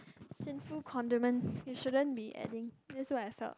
sinful condiment you shouldn't be adding that's what I felt